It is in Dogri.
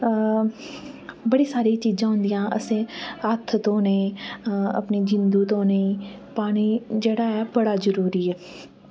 बड़ी सारी चीजां होंदियां असें हत्थ धोने अपनी जिन्दु धोनी पानी जेह्ड़ा ऐ बड़ा जरूरी ऐ